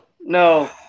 No